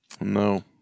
No